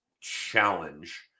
challenge